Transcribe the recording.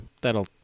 that'll